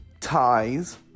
ties